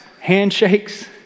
handshakes